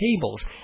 tables